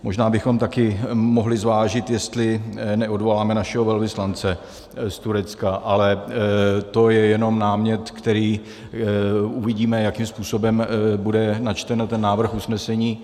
Možná bychom také mohli zvážit, jestli neodvoláme našeho velvyslance z Turecka, ale to je jen námět, který uvidíme, jakým způsobem bude načten ten návrh usnesení.